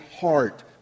heart